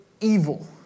evil